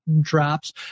drops